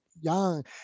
young